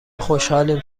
خوشحالیم